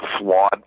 flawed